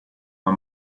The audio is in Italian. una